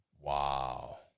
Wow